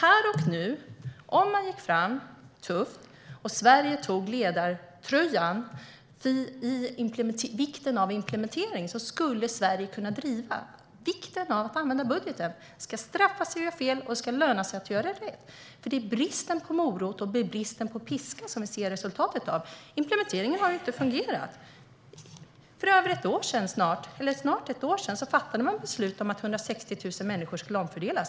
Här och nu, om man gick fram tufft och Sverige tog ledartröjan beträffande vikten av implementering, skulle Sverige kunna driva vikten av att använda budgeten. Det ska straffa sig att göra fel och löna sig att göra rätt. Det är bristen på morot och bristen på piska som vi ser resultatet av. Implementeringen har ju inte fungerat. För snart ett år sedan fattade man beslut om att 160 000 människor skulle omfördelas.